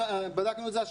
השבוע בדקנו את זה,